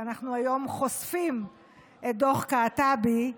ואנחנו היום חושפים את דוח קעטבי,